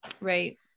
Right